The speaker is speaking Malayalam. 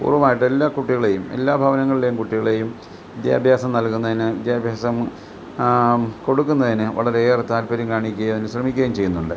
പൂർവ്വമായിട്ട് എല്ലാ കുട്ടികളെയും എല്ലാ ഭവനങ്ങളിലെയും കുട്ടികളെയും വിദ്യാഭ്യാസം നൽകുന്നതിന് വിദ്യാഭ്യാസം കൊടുക്കുന്നതിന് വളരെയേറെ താൽപ്പര്യം കാണിക്കുകയും അതിന് ശ്രമിക്കുകയും ചെയ്യുന്നുണ്ട്